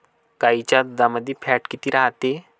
गाईच्या दुधामंदी फॅट किती रायते?